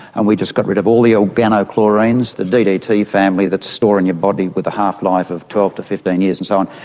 and we just got rid of all the organochlorines, the ddt family that is stored in your body with a half-life of twelve to fifteen years and so on.